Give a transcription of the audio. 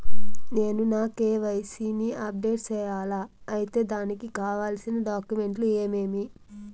నేను నా కె.వై.సి ని అప్డేట్ సేయాలా? అయితే దానికి కావాల్సిన డాక్యుమెంట్లు ఏమేమీ?